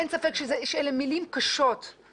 אין ספק שאלה מילים קשות,